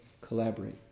collaborate